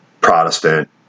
Protestant